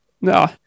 No